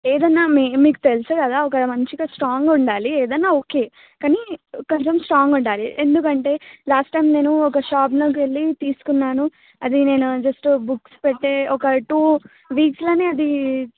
ఏదన్నా మీ మీకు తెలుసు కదా ఒక మంచిగా స్ట్రాంగ్గా ఉండాలి ఏదన్నా ఓకే కానీ కొంచెం స్ట్రాంగ్ ఉండాలి ఎందుకంటే లాస్ట్ టైం నేను ఒక షాప్లోకెళ్ళి తీసుకున్నాను అది నేను జస్ట్ బుక్స్ పెట్టే ఒక టూ వీక్స్లోనే అది